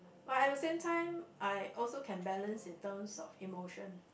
but at the same I also can balance in terms of emotion